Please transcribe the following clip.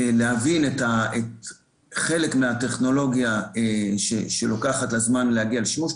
להבין את חלק מהטכנולוגיה שלוקח לה זמן להגיע לשימוש,